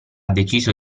deciso